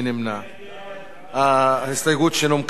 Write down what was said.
ההסתייגות שנומקה על-ידי חבר הכנסת חנין.